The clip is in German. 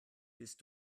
bist